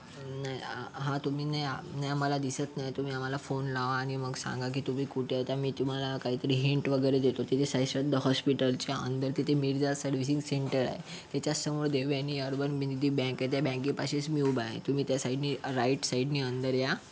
नाही हां तुम्ही नाही नाही आम्हाला दिसत नाही तुम्ही आम्हाला फोन लावा आणि मग सांगा की तुम्ही कुठे आहात आम्ही तुम्हाला काहीतरी हिंट वगैरे देतो तिथे साईश्रद्धा हॉस्पिटलच्या अंदर तिथे मिर्झा सर्व्हिसिंग सेंटर आहे त्याच्या समोर देवयानी अर्बन ती बँक आहे त्या बँकेपाशीच मी उभा आहे तुम्ही त्या साईडनी राईट साईडनी अंदर या